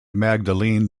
magdalene